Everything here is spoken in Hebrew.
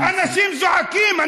אנשים זועקים.